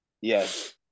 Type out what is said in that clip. Yes